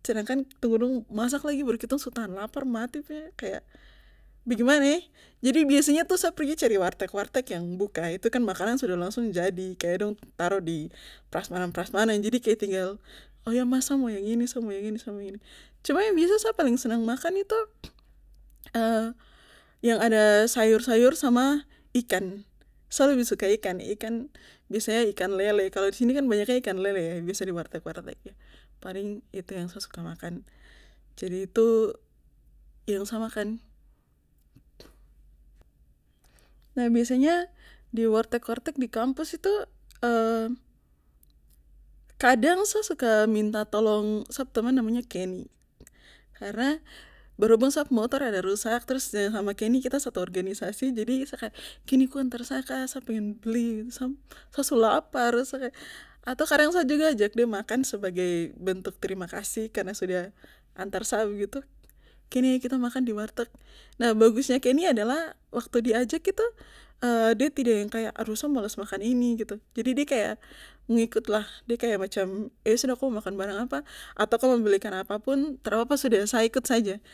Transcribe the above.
sedangkan dong masak lagi baru kitong su tahan lapar mati kaya bagaimana jadi biasanya tuh sa cari warteg warteg yang buka itu kan makanan sudah langsung jadi kaya dong taro di prasmanan prasmanan jadi kaya tinggal oh mas saya mau yang ini sa mo yang ini sa mo yang ini cuma yang sa paling senang makan itu yang ada sayur sayur sama ikan sa lebih suka ikan biasa ikan lele kalo disini kan banyaknya kan ikan lele kan biasa di warteg warteg paling itu yang sa suka makan jadi itu yang sa makan nah biasanya di warteg warteg di kampus tuh kadang sa suka minta tolong sap teman namanya keni karna berhubung sa motor ada rusak trus sama keni kita satu organisasi jadi sa kadang keni ko antar sa kah sa pengen beli sa su lapar atau kadang sa juga ajak de makan sebagai bentuk terima kasih karna sudah antar sa begitu keni ayo kita makan di warteg nah bagusnya keni adalah waktu di ajak itu de tidak yang kaya aduh sa malas makan ini gitu jadi de kaya ngikutlah de kaya macam iyo sudah ko mo makan barang apa atau ko mo belikan apapun trapapa sudah sa ikut saja